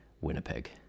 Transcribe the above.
Winnipeg